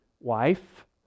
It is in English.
wife